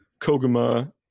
koguma